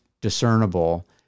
discernible